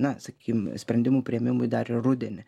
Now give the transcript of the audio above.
na sakykim sprendimų priėmimui dar į rudenį